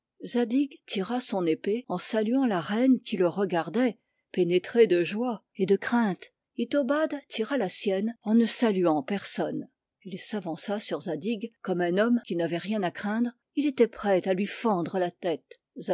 tira son épée en saluant la reine qui le regardait pénétrée de joie et de crainte itobad tira la sienne en ne saluant personne il s'avança sur zadig comme un homme qui n'avait rien à craindre il était prêt à lui fendre la tête